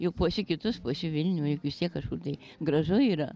juk puoši kitus puoši vilnių juk vis tiek kažkur tai gražu yra